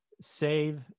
save